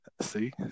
See